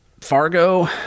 Fargo